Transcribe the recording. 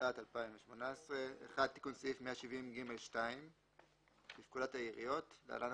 התשע"ט 2018 "תיקון סעיף 170ג2 1. בפקודת העיריות‏ (להלן,